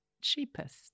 cheapest